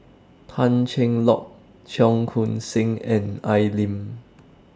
Tan Cheng Lock Cheong Koon Seng and Al Lim